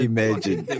Imagine